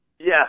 Yes